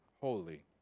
holy